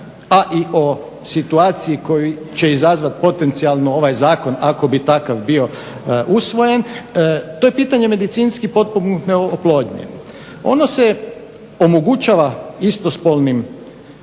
a i o situaciji koju će izazvati potencijalno ovaj Zakon ako bi takav bio usvojen. To je pitanje medicinski potpomognute oplodnje. Ono se omogućava istospolnim